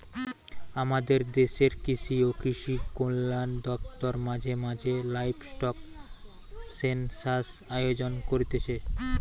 আমদের দেশের কৃষি ও কৃষিকল্যান দপ্তর মাঝে মাঝে লাইভস্টক সেনসাস আয়োজন করতিছে